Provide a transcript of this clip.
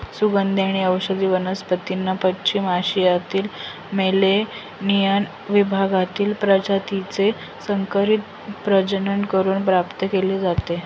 सुगंधी व औषधी वनस्पतींना पश्चिम आशियातील मेलेनियम विभागातील प्रजातीचे संकरित प्रजनन करून प्राप्त केले जाते